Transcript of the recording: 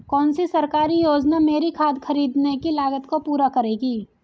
कौन सी सरकारी योजना मेरी खाद खरीदने की लागत को पूरा करेगी?